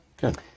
Good